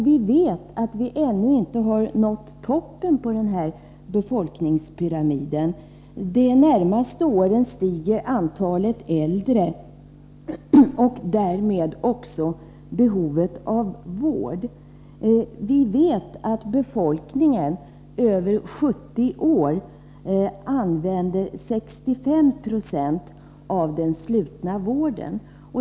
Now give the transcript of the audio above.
Vi vet att vi ännu inte har nått toppen på denna befolkningspyramid, utan de närmaste åren stiger antalet äldre och därmed också behovet av vård. Vi vet att befolkningen över 70 år använder 65 90 av den slutna vården.